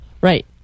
right